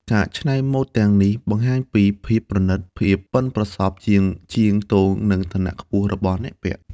ការច្នៃម៉ូដទាំងនេះបង្ហាញពី ភាពប្រណីត ភាពប៉ិនប្រសប់របស់ជាងទង និង ឋានៈខ្ពស់ របស់អ្នកពាក់។